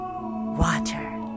water